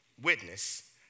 witness